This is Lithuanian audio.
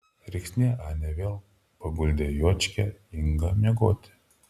rėksnė anė vėl paguldė juočkę ingą miegoti